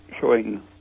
showing